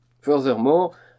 Furthermore